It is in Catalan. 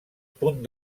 punt